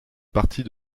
partie